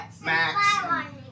max